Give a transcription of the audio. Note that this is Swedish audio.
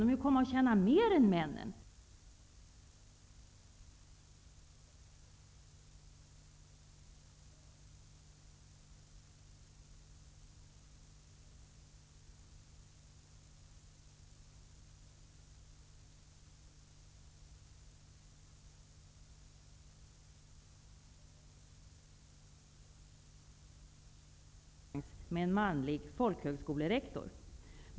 En verkligt kompetent kvinna sökte nyligen ett jobb i konkurrens med en manlig folkhögskolerektor.